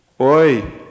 oi